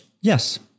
Yes